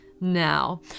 Now